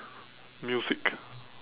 music